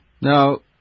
Now